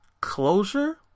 closure